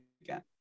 again